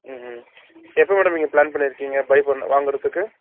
ம் ம் எப்போ மேடம் நீங்கள் பிளான் பண்ணியிருக்கீங்க பை பண்ண வாங்குறத்துக்கு